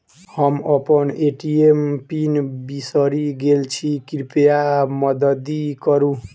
हम अप्पन ATM pin बिसरि गेल छी कृपया मददि करू